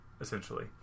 essentially